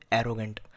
arrogant